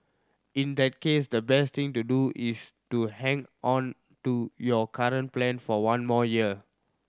in that case the best thing to do is to hang on to your current plan for one more year